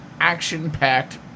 action-packed